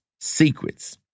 secrets